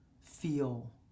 feel